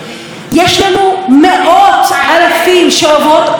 על בסיס קבוע מגילים נורא נורא נורא צעירים,